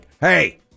hey